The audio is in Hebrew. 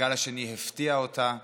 הגל השני הפתיע אותה,